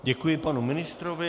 Děkuji panu ministrovi.